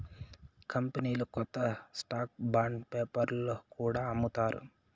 కంపెనీలు కొత్త stock bond పేపర్లో కూడా అమ్ముతారు